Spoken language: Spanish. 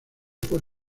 por